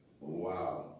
Wow